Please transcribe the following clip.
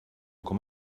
com